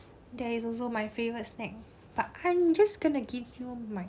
that is also my favourite snack but I'm just gonna give you my